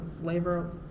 labor